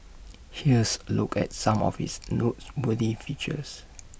here's A look at some of its noteworthy features